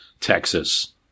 Texas